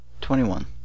twenty-one